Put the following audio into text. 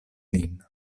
lin